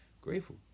grateful